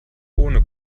ohne